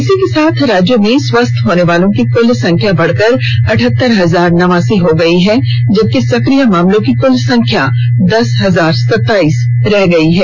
इसी के साथ राज्य में स्वस्थ होने वालों की कुल संख्या बढ़कर अठहतर हजार नवासी पहंच गई है जबकि सक्रिय मामलों की कुल संख्या दस हजार सताईस रह गई है